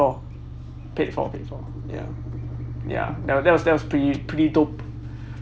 paid for paid for paid for ya ya that was that was pretty pretty dope